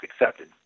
accepted